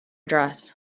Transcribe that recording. dress